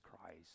Christ